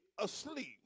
asleep